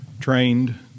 trained